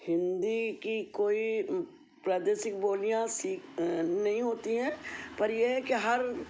हिन्दी की कोई प्रादेशिक बोलियाँ सीख नहीं होती है पर ये है कि हर